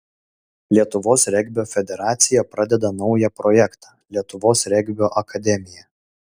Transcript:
lietuvos regbio federacija pradeda naują projektą lietuvos regbio akademija